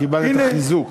קיבלת את החיזוק.